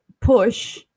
push